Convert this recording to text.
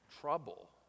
trouble